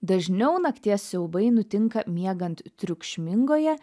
dažniau nakties siaubai nutinka miegant triukšmingoje